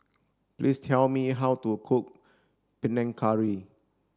please tell me how to cook Panang Curry